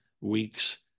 weeks